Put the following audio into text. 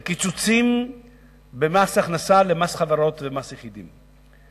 לקיצוצים במס הכנסה, למס חברות ומס יחידים.